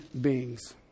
beings